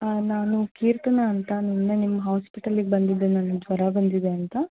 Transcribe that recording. ನಾನು ಕೀರ್ತನಾ ಅಂತ ನಿನ್ನೆ ನಿಮ್ಮ ಹಾಸ್ಪಿಟಲಿಗೆ ಬಂದಿದ್ದೆ ನನಗ್ ಜ್ವರ ಬಂದಿದೆ ಅಂತ